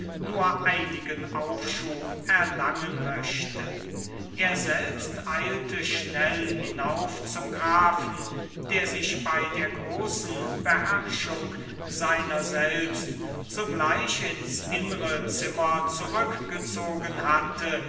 nur einigen aufschub erlangen möchte er selbst eilte schnell hinauf zum grafen der sich bei der großen beherrschung seiner selbst sogleich ins innre zimmer zurückgezogen hatte